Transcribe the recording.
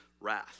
wrath